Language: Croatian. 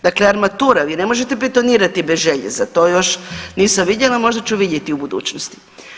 Dakle, armatura, vi ne možete betonirati bez željeza to još nisam vidjela, možda ću vidjeti u budućnosti.